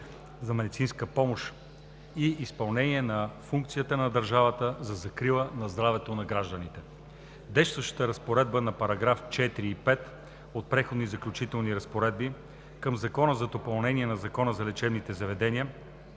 до медицинска помощ и изпълнение на функцията на държавата за закрила на здравето на гражданите. Действащите разпоредби на параграфи 4 и 5 от Преходните и заключителните разпоредби към Закона за допълнение на Закона за лечебните заведения